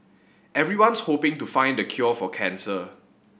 everyone's hoping to find the cure for cancer